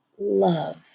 love